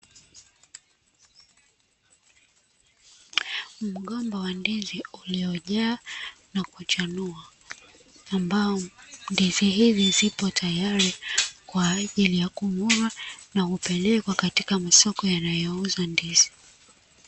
Mgomba wa ndizi uliojaa na kuchanua, ambao ndizi hizi zipo tayari kwa ajili ya kuvunwa na kupelekwa katika masoko yanayouza ndizi.